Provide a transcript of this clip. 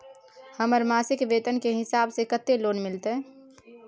हमर मासिक वेतन के हिसाब स कत्ते लोन मिलते?